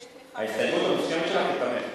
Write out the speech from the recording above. לא ציינת שיש תמיכה, ההסתייגות המסוימת שלך תיכנס.